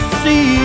see